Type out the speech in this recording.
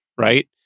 right